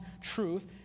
truth